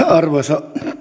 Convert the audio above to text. arvoisa